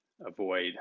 avoid